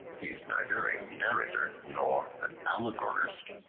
he is neither a narrator, nor an allegorist.